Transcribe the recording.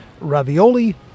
Ravioli